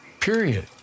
Period